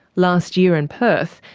last year in perth,